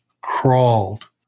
crawled